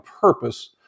purpose